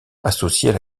associées